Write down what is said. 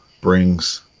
brings